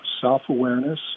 self-awareness